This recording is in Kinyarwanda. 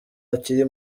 akiri